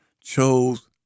chose